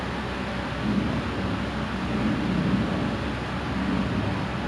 see lah mat rep these days see ah Tik Tok only don't know how to study